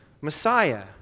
Messiah